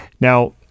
now